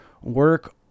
work